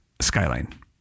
Skyline